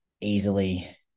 easily